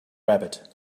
rabbit